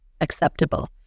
acceptable